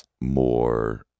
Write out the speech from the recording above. more